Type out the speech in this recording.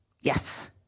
Yes